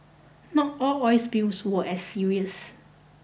not all oil spills were as serious